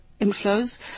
inflows